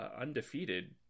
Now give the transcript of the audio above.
undefeated